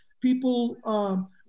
people